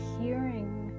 hearing